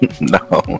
no